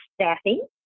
staffing